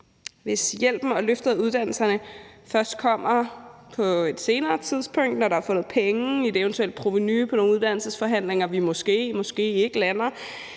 Hvis hjælpen og løftet af uddannelserne først kommer på et senere tidspunkt, når der er fundet penge i et eventuelt provenu i nogle uddannelsesforhandlinger, som vi måske, måske ikke lander,